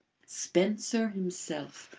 spencer himself,